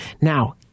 Now